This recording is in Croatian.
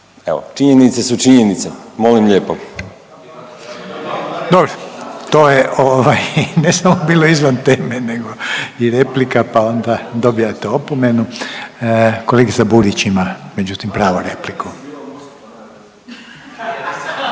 Evo, činjenice su činjenice molim lijepo. **Reiner, Željko (HDZ)** Dobro, to je ovaj ne samo bilo izvan teme nego i replika pa onda dobijate opomenu. Kolegica Burić ima međutim pravu repliku.